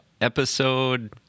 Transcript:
episode